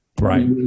Right